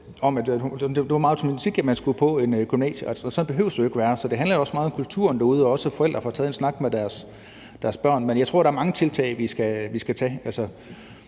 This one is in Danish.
det var meget sådan pr. automatik, at man skulle i gymnasiet. Sådan behøver det jo ikke at være. Så det handler meget om kulturen derude og også om, at forældre får taget en snak med deres børn. Jeg tror, der er mange tiltag, vi skal gøre.